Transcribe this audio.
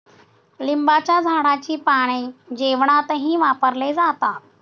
लिंबाच्या झाडाची पाने जेवणातही वापरले जातात